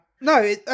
no